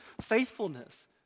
faithfulness